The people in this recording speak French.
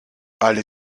elle